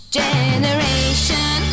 generation